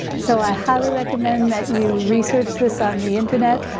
so i highly recommend that you research this on the internet,